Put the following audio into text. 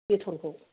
बेटनखौ